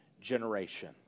generation